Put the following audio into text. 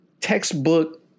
textbook